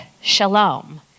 Shalom